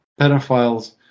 pedophiles